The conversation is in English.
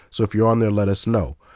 so if you're on there, let us know.